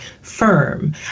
Firm